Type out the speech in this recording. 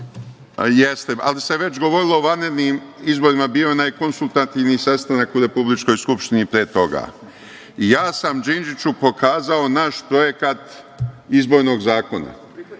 Jeste, ali se već govorilo o vanrednim izborima, bio je onaj konsultativni sastanak u Republičkoj Skupštini pre toga. Ja sam Đinđiću pokazao naš projekat izbornog zakona.